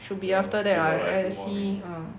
should be after that right eh let's see